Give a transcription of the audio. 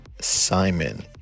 Simon